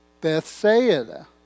Bethsaida